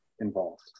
involved